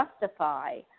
justify